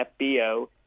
FBO